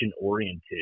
oriented